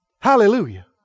Hallelujah